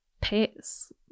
pets